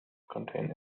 contain